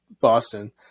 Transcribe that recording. Boston